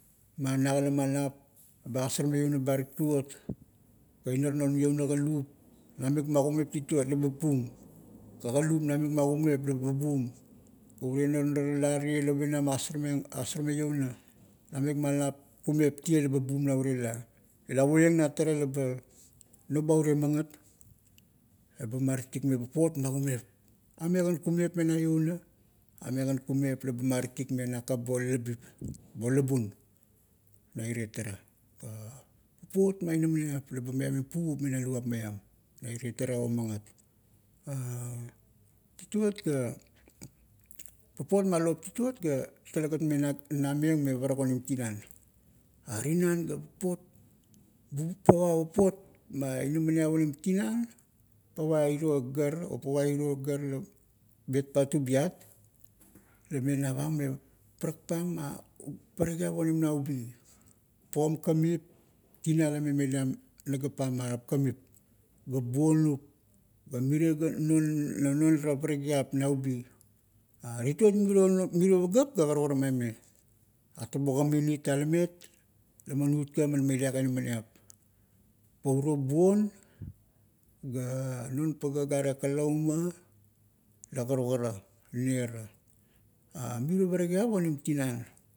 Ma nagala ma lap, eba agasarmeng iouna ba tituot, ga inar non iouna ba kalup, namip ma kumep tituot laba bum, ga kalip, namik ma kumep laba bum, urie non ara la rie, leba agasarmeng iouna, namik ma lap, kumep tie laba bum na urie la. Ia puoieng na tara laba noba urie magat, eba maratikmeng papot ma kumep. Ame kan kumep me na iouna, ame kan kumep laba maratikmeng nakap bo lalabip, bo labun. na irie tara papot ma inaminiap laba miavim puvup mena luap maiam na irie tara o magat. tituot ga- papot ma lop tituot ga, talegat nameng me parak onim tinan. Tinan, ga papot, pava papot ma inaminiap onim rinan, pava iro gar, pava iro gar la betpang tubiat lame navang me parak pang ma parakiap onim naubi. Pam kamip, tinan la me meliam nagap pam marap kamip, ga bonup, ga mirie ara parakiap naubi. Tituot, miro, non, miro pagap ga karukara aime. Atabo kamin it talamet, laman ut ka men melia ga inaminiap pa uro buon, ga non paga gare kalauma la karukara, nera.